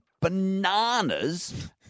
bananas